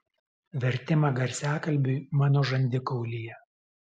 vertimą garsiakalbiui mano žandikaulyje